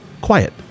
quiet